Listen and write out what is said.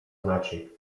znaczy